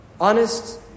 honest